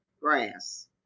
grass